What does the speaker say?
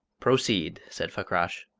proceed, said fakrash,